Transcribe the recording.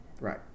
Right